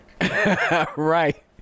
Right